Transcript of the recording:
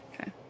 Okay